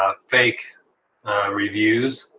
ah fake reviews